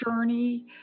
journey